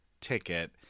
ticket